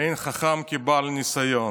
אין חכם כבעל ניסיון.